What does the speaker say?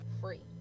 free